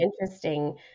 interesting